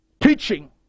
teaching